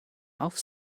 auf